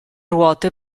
ruote